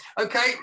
Okay